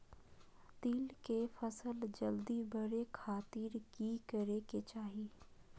तिल के फसल जल्दी बड़े खातिर की करे के चाही?